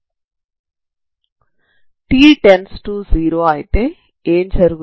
t→0 అయితే ఏమి జరుగుతుంది